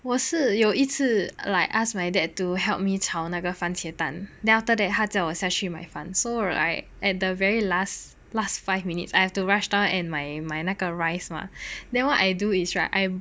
我是有一次 like ask my dad to help me 炒那个番茄蛋 then after that 他叫我下去买饭 so right at the very last last five minutes after I've to rush down and 买买那个 rice mah then what I do is right I